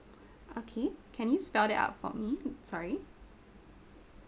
okay can you spell that out for me sorry